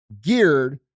geared